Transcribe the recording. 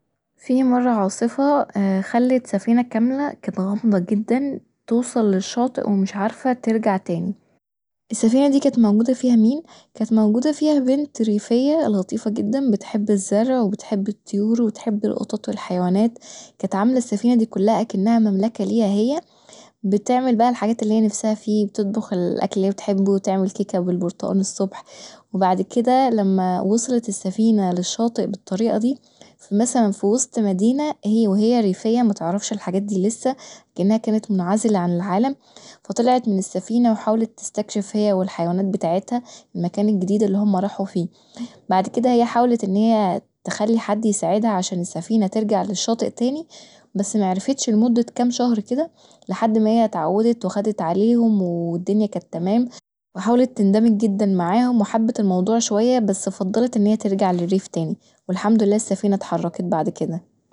فيه مره عاصفه خلت سفينة كامله كانت غامضه جدا توصل للشاطئ ومش عارفه ترجع تاني، السفينة دي كانت موجوده فيها مين؟ كانت موجوده فيها بنت ريفية لطيفه جدا بتحب الزرع وبتحب الطيور وبتحب القطط والحيوانات كانت عاملهرالسفيه دي كلها كأنها مملكه ليها هي بتعمل بقي الحاجات اللي هي نفسها فيه بتطبخ الأكل اللي هي بتحبه بتعمل كيكه بالبرتقان الصبح وبعد كدا لما وصلت السفينة للشاطئبالطريقه دي مثلا في وسط مدينة هي وهي ريفية متعرفش الحاجات دي لسه كأنها كانت منعزله عن العالم فطلعت من السفينة وحاولت تستكشف هي والحيوانات بتاعتها المكان الجديد اللي هما راحوا فيه بعد كدا هي حاولت انها تخلي حد يساعدها عشان السفينة ترجع للشاطئ تاني بس معرفتش لمدة كام شهر كدا لحد ماهي اتعودت وخدت عليهم والدنيا كانت تمام وحاولت تندمج جدا معاهم وحبت الموضوع شويه بس فضلت ان هي ترجع للريف تاني والحمدلله السفينة اتحركت بعد كدا